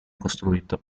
costruito